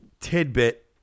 tidbit